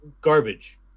garbage